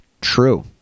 True